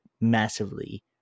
massively